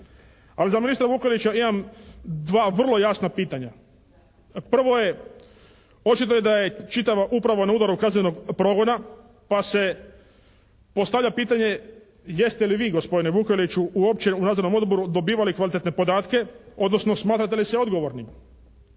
Ali za ministra Vukelića imam dva vrlo jasna pitanja. Prvo je, očito je da je čitava uprava na udaru kaznenog progona pa se postavlja pitanje, jeste li vi gospodine Vukeliću uopće u Nadzornom odboru dobivali kvalitetne podatke odnosno smatrate li se odgovornim?